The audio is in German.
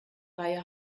reihe